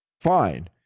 fine